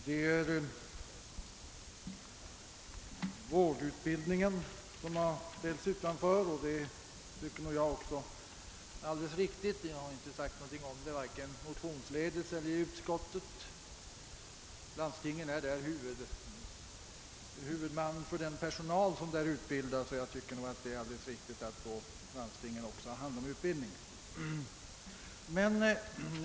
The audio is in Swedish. Att vårdutbildningen har ställts utanför tycker jag är helt i sin ordning, och jag har inte anfört någon annan mening vare sig motionsledes eller i utskottet. Landstingen är huvudmän för den personal som där utbildas, och jag tycker det är riktigt att landstingen också handhar utbildningen.